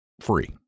free